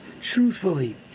truthfully